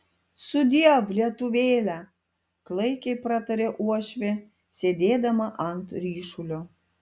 sudiev lietuvėle klaikiai pratarė uošvė sėdėdama ant ryšulio